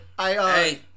Hey